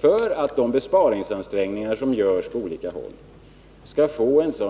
För att de besparingsansträngningar som görs på olika håll skall få så